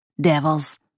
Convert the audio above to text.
devils